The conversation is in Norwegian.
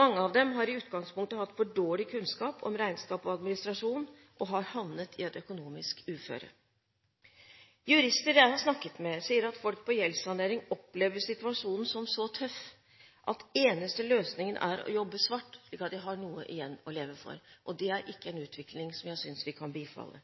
Mange av dem har i utgangspunktet hatt for dårlig kunnskap om regnskap og administrasjon og har havnet i et økonomisk uføre. Jurister jeg har snakket med, sier at folk som er under gjeldssanering, opplever situasjonen som så tøff at eneste løsningen er å jobbe svart, slik at de har noe igjen å leve for. Det er ikke en utvikling som jeg synes vi kan bifalle.